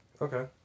Okay